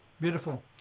beautiful